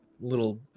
little